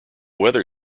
weather